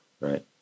right